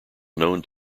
known